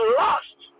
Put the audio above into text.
lost